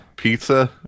pizza